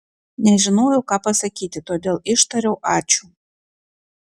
nežinojau ką pasakyti todėl ištariau ačiū